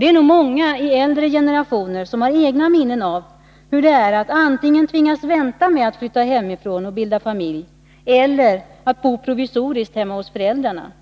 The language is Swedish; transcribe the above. Det är nog många i äldre generationer som har egna minnen av hur det är att antingen tvingas vänta med att flytta hemifrån och bilda familj eller att bo provisoriskt hemma hos föräldrarna.